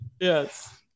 Yes